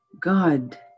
God